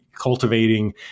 cultivating